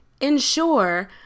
ensure